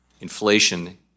inflation